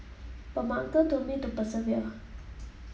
but my uncle told me to persevere